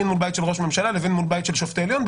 מול בית של יועץ משפטי לממשלה או מול בית של שופטי עליון,